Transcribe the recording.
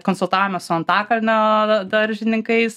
konsultavomės su antakalnio daržininkais